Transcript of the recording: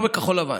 רק בכחול לבן,